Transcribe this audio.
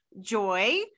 joy